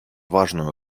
важную